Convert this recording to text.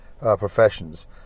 professions